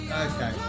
Okay